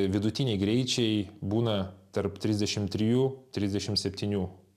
vidutiniai greičiai būna tarp trisdešimt trijų trisdešimt septynių